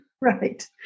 Right